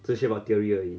这些 about theory 而已